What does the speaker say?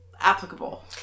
applicable